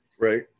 right